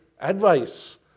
advice